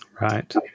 Right